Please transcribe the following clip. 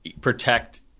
protect